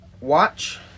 Watch